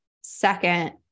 second